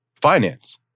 Finance